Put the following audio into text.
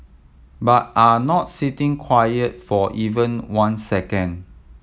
but are not sitting quiet for even one second